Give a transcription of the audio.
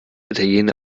italiener